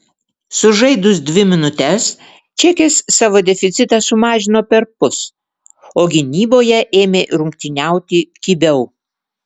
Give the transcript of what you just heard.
sužaidus dvi minutes čekės savo deficitą sumažino perpus o gynyboje ėmė rungtyniauti kibiau